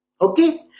Okay